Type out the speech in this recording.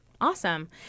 Awesome